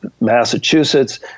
massachusetts